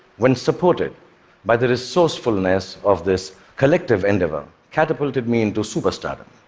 when supported by the resourcefulness of this collective endeavor, catapulted me into superstardom.